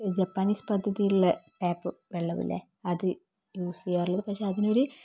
Japanese പദ്ധതിയിലെ tap വെള്ളമില്ലേ അത് യൂസ് ചെയ്യാറുള്ളത് പക്ഷേ അതിനൊരു